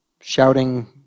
shouting